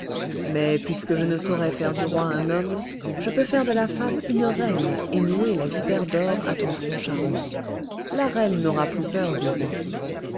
mais puisque je ne saurais faire du roi un homme je peux faire de la femme une reine et nouer la vipère d'or à ton front charmant la reine n'aura plus peur du roi